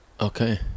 okay